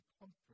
comfort